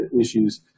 issues